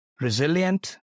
resilient